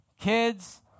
kids